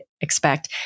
expect